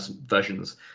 versions